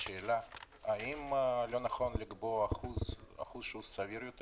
האם לא נכון לקבוע אחוז שהוא סביר יותר